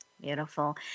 Beautiful